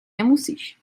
nemusíš